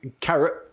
carrot